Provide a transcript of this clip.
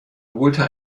holte